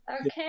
okay